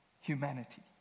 Humanity